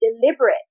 deliberate